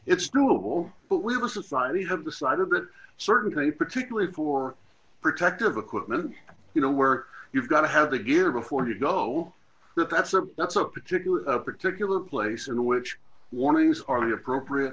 it's doable but we have a society have decided that certainly particularly for protective equipment you know where you've got to have the gear before you go up that's a that's a particular particular place in which warnings are the appropriate